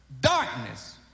darkness